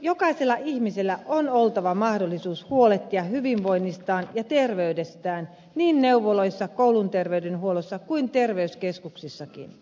jokaisella ihmisellä on oltava mahdollisuus huolehtia hyvinvoinnistaan ja terveydestään niin neuvoloissa kouluterveydenhuollossa kuin terveyskeskuksissakin